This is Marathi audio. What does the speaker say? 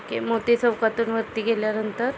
ओके मोती चौकातून वरती गेल्यानंतर